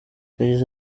yagize